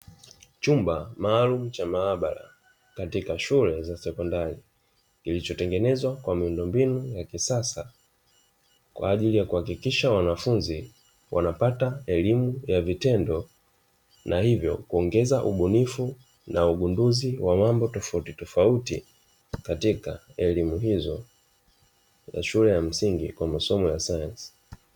Chumba maalumu cha maabara katika shule za sekondari, kilichotengenezwa kwa miundombinu ya kisasa kwa ajili ya kuhakikisha wanafunzi wanapata elimu ya vitendo, na hivyo kuongeza ubunifu na ugunduzi wa mambo tofautitofauti katika elimu hizo za shule ya msingi kwa masomo ya sayansi.